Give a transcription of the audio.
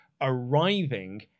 arriving